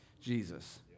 Jesus